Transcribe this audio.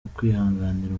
ukwihangira